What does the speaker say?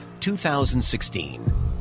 2016